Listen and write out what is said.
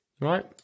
right